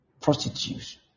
prostitute